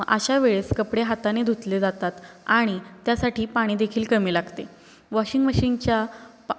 मग अशावेळेस कपडे हाताने धुतले जातात आणि त्यासाठी पाणीदेखील कमी लागते वॉशिंग मशीनच्या पा